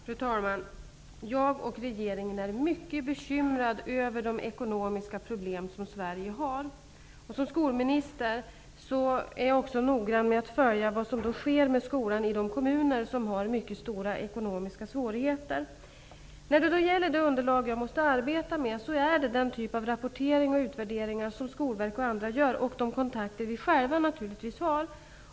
Fru talman! Jag och regeringen är mycket bekymrad över de ekonomiska problem som Sverige har. Som skolminister är jag också noggrann med att följa det som sker med skolorna i de kommuner som har mycket stora ekonomiska svårigheter. Det underlag som jag har att arbeta utifrån, är den typ av rapportering och utvärderingar som bl.a. Skolverket gör och de kontakter som jag själv tar.